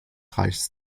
reiches